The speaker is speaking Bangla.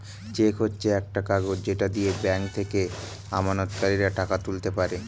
চেক হচ্ছে একটা কাগজ যেটা দিয়ে ব্যাংক থেকে আমানতকারীরা টাকা তুলতে পারে